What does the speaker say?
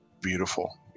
beautiful